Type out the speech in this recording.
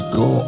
go